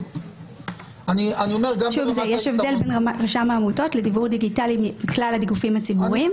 יש הבדל בין רשם העמותות לדיוור דיגיטלי מכלל הגופים הציבוריים